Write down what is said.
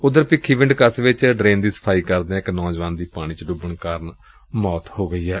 ਉਧਰ ਭਿੱਖੀਵਿੰਡ ਕਸਬੇ ਚ ਡਰੇਨ ਦੀ ਸਫਾਈ ਕਰਦਿਆ ਇਕ ਨੌਜਵਾਨ ਦੀ ਪਾਣੀ ਚ ਭੁੱਬਣ ਕਾਰਨ ਮੌਤ ਹੋ ਗਈ ਏ